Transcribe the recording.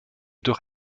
durch